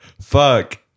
fuck